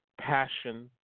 passion